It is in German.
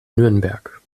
nürnberg